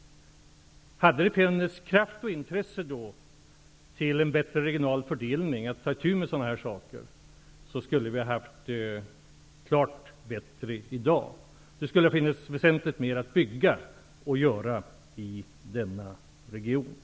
Hade det då funnits kraft och intresse att göra en bättre regional fördelning, att ta itu med sådana här saker, så skulle vi ha haft det klart bättre i dag. Det skulle ha funnits väsentligt mer att bygga och göra i övrigt i denna region.